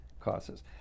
causes